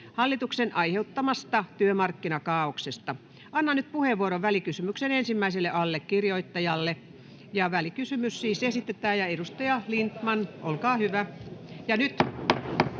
hallituksen aiheuttamasta työmarkkinakaaoksesta. Annan nyt puheenvuoron välikysymyksen ensimmäiselle allekirjoittajalle. — Välikysymys siis esitetään. Edustaja Lindtman, olkaa hyvä.